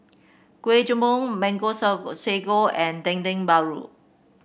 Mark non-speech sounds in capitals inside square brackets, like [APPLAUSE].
Kuih [UNINTELLIGIBLE] Mango [UNINTELLIGIBLE] Sago and Dendeng Paru